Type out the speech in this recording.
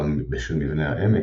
אולם בשל מבנה העמק,